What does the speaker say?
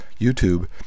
YouTube